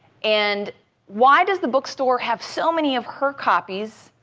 and why does the bookstore have so many of her copies?